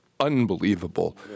unbelievable